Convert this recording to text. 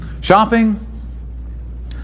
Shopping